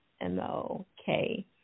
M-O-K